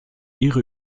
ihre